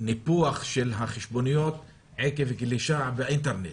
ניפוח חשבוניות עקב גלישה באינטרנט.